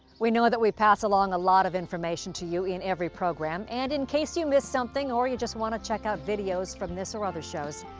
we know that we pass on a lot of information to you in every program, and in case you missed something or you just want to check out videos from this or other shows,